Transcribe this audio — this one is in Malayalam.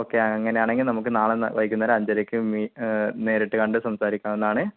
ഓക്കേ അങ്ങനെയാണെങ്കിൽ നമുക്ക് നാളെ വൈകുന്നേരം അഞ്ചരയ്ക്ക് മി നേരിട്ട് കണ്ടു സംസാരിക്കാവുന്നതാണ്